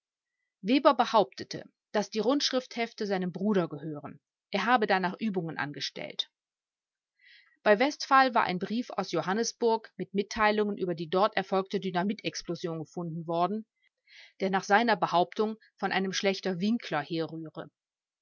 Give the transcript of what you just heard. weber behauptete daß die rundschrifthefte seinem bruder gehören er habe danach übungen angestellt bei westphal war ein brief aus johannesburg mit mitteilungen über die dort erfolgte dynamit explosion gefunden worden der nach seiner behauptung von einem schlächter winkler herrühre